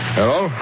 Hello